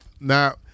Now